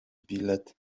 bilet